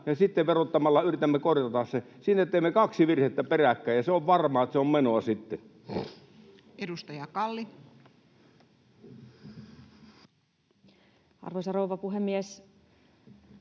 sitten verottamalla yritämme korjata sen. Siinä teemme kaksi virhettä peräkkäin, ja se on varmaa, että se on menoa sitten. [Speech 135] Speaker: Toinen varapuhemies